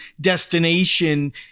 destination